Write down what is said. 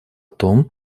том